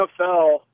NFL